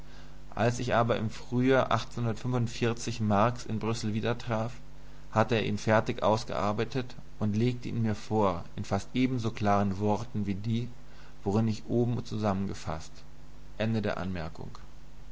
als ich aber im frühjahr marx in brüssel wiedertraf hatte er ihn fertig ausgearbeitet und legte ihn mir vor in fast ebenso klaren worten wie die worin ich ihn oben zusammengefaßt